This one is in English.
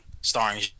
starring